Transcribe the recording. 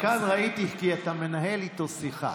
מכאן ראיתי כי אתה מנהל איתו שיחה.